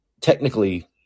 technically